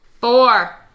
Four